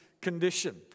condition